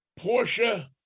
Porsche